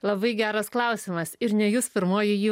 labai geras klausimas ir ne jūs pirmoji jį